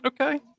Okay